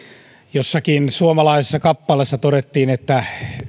jossakin suomalaisessa kappaleessa todettiin että